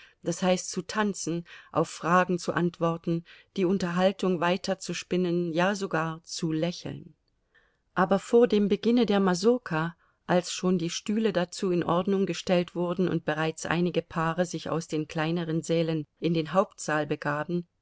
das heißt zu tanzen auf fragen zu antworten die unterhaltung weiterzuspinnen ja sogar zu lächeln aber vor dem beginne der masurka als schon die stühle dazu in ordnung gestellt wurden und bereits einige paare sich aus den kleineren sälen in den hauptsaal begaben